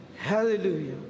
Hallelujah